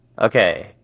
okay